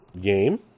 game